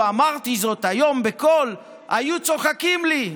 אילו אמרתי זאת היום בקול, היו הכול צוחקים לי.